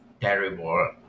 terrible